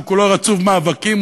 שכולו רצוף מאבקים,